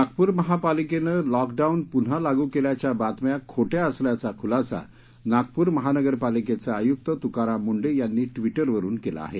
नागपूर महानगरपालिकेनं lockdown पुन्हा लागू केल्याच्या बातम्या खोट्या असल्याचा खुलासा नागपूर महानगरपालिकेचे आयुक्त तुकाराम मुंढे यांनी ट्विटरवरून केला आहे